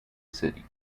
city